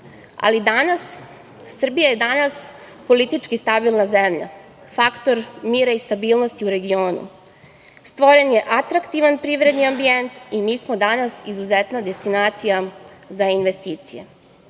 Danas, Srbija je politički stabilna zemlja, faktor mira i stabilnosti u regionu. Stvoren je atraktivan privredni ambijent i mi smo danas izuzetna destinacija za investicije.